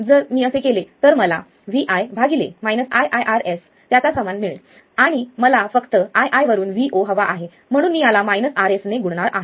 जर मी असे केले तर मला vo iiRs त्याचा समान मिळेल आणि मला फक्त ii वरून vo हवा आहे म्हणून मी याला Rs ने गुणणार आहे